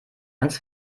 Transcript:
ans